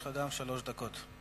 גם לך יש שלוש דקות.